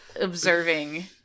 observing